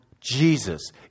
Jesus